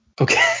okay